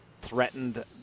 threatened